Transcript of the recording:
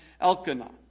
Elkanah